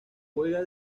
juega